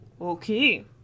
Okay